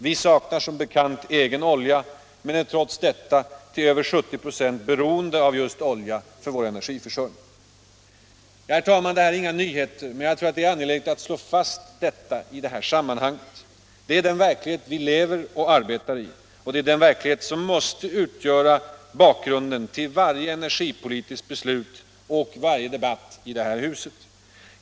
Vi saknar som bekant egen olja, men är trots detta till över 70 96 beroende av just olja för vår energiförsörjning. Ja, herr talman, det här är inga nyheter, men jag tror att det är angeläget att slå fast detta i det här sammanhnget. Detta är den verklighet vi lever och arbetar i. Det är den verklighet som måste utgöra bakgrunden till varje energipolitiskt beslut i det här huset.